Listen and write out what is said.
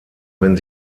wenn